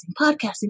podcasting